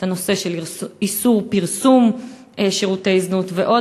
את הנושא של איסור פרסום שירותי זנות ועוד.